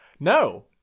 No